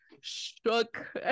shook